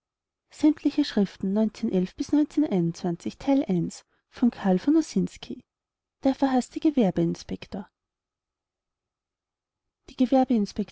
noske der verhaßte gewerbeinspektor die